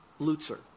Lutzer